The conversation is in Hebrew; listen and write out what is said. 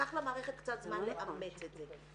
לקח למערכת קצת זמן לאמץ את זה.